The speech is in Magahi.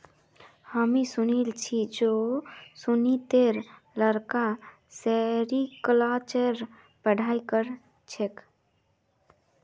हामी सुनिल छि जे सुजीतेर लड़का सेरीकल्चरेर पढ़ाई कर छेक